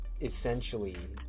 essentially